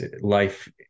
life